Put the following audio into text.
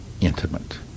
intimate